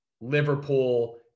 Liverpool